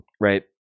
Right